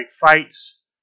Fights